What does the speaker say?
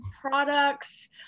products